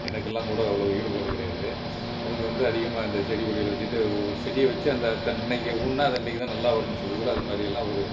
எனக்கெல்லாம் கூட அவ்வளோ ஈடுபாடு கிடையாது அவங்க வந்து அதிகமாக அந்த செடி கொடிகளை வச்சுட்டு ஒவ்வொரு செடியை வச்சு அந்த தென்னையை ஊன்றினா அது அன்றைக்கிதான் நல்லா வருன்னு சொல்லி கூட அதுமாதிரியெல்லாம் ஒரு